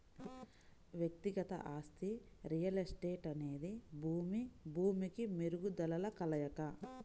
వ్యక్తిగత ఆస్తి రియల్ ఎస్టేట్అనేది భూమి, భూమికి మెరుగుదలల కలయిక